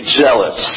jealous